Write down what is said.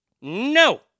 No